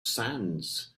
sands